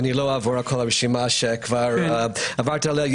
אני לא אעבור על כל הרשימה שכבר עברת עליה.